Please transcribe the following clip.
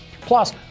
Plus